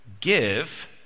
give